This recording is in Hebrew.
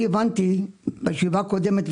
כך אני הבנתי בישיבה קודמת,